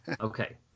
Okay